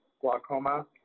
glaucoma